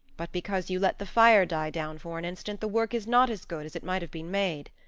but because you let the fire die down for an instant the work is not as good as it might have been made.